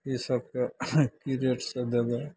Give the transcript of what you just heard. ई सबके कि रेटसे देबै